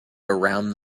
around